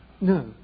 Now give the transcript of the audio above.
No